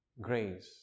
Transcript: grace